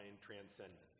transcendence